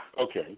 Okay